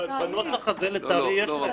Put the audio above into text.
בנוסח הזה לצערי יש להם.